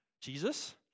Jesus